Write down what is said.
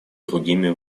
другими